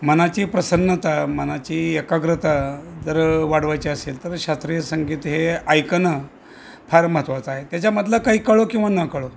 मनाची प्रसन्नता मनाची एकाग्रता जर वाढवायची असेल तर शास्त्रीय संगीत हे ऐकनं फार महत्त्वाचं आहे त्याच्यामधलं काही कळो किंवा न कळो